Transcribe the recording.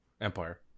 Empire